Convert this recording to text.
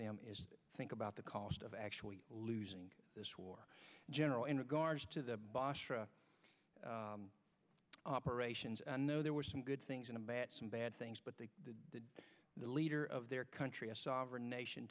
them is think about the cost of actually losing this war general in regards to the basra operations there were some good things and a bad some bad things but they did the leader of their country a sovereign nation